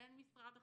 לבין משרד החינוך,